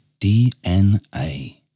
DNA